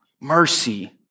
Mercy